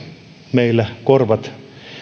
meillä korvat